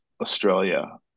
Australia